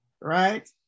Right